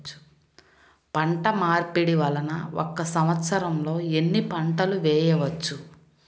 పంటమార్పిడి వలన ఒక్క సంవత్సరంలో ఎన్ని పంటలు వేయవచ్చు?